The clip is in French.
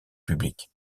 publique